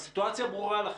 הסיטואציה ברורה לכם,